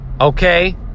Okay